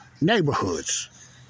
neighborhoods